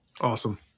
Awesome